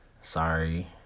sorry